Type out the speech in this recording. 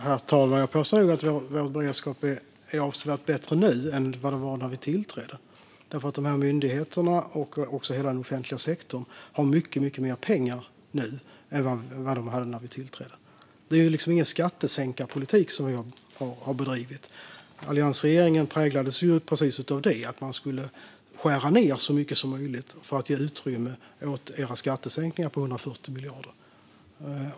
Herr talman! Jag vill påstå att vår beredskap är avsevärt bättre nu än den var när vi tillträdde därför att de här myndigheterna och hela den offentliga sektorn har mycket mer pengar nu än de hade när vi tillträdde. Det är liksom ingen skattesänkarpolitik vi har bedrivit. Alliansregeringen präglades av det - ni skulle skära ned så mycket som möjligt för att ge utrymme åt era skattesänkningar på 140 miljarder.